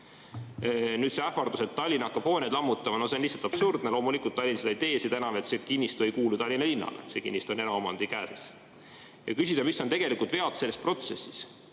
Nüüd see ähvardus, et Tallinn hakkab hooneid lammutama, no see on lihtsalt absurdne. Loomulikult Tallinn seda ei tee. Seda enam, et see kinnistu ei kuulu Tallinna linnale. See kinnistu on eraomandis. Kui küsida, mis on tegelikult vead selles protsessis,